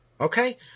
okay